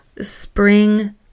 spring